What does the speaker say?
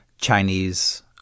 Chinese